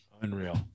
unreal